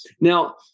Now